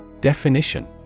Definition